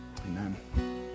Amen